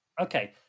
Okay